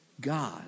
God